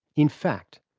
in fact,